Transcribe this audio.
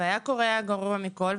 והיה קורה הגרוע מכול,